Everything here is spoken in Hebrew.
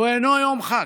זהו אינו יום חג,